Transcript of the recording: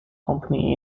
company